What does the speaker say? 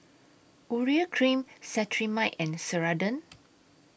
Urea Cream Cetrimide and Ceradan